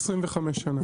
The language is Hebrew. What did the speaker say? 25 שנה.